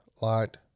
light